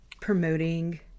promoting